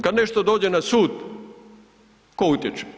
Kad nešto dođe na sud tko utječe?